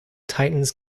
titans